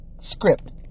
script